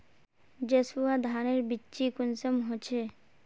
जसवा धानेर बिच्ची कुंसम होचए?